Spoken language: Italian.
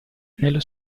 nello